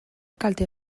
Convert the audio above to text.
kalte